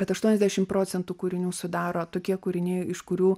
bet aštuoniasdešim procentų kūrinių sudaro tokie kūriniai iš kurių